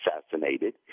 assassinated